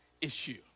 issue